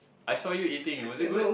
I saw you eating was it good